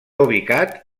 ubicat